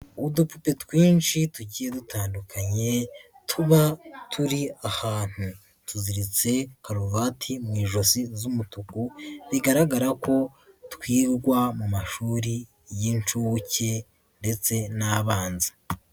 Udupute twinshi tugiye dutandukanye, tuba turi ahantu. Tuziritse karuvati mu ijosi z'umutuku, bigaragara ko twigwa mu mashuri y'inshuke ndetse n'abanza.